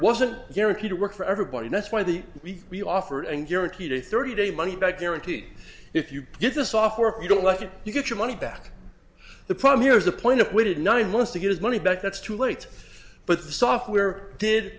wasn't guaranteed to work for everybody that's why the we offered and guaranteed a thirty day money back guarantee if you use the software if you don't like it you get your money back the problem here is the point of witted nine months to get his money back that's too late but the software did